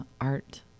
art